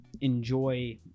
enjoy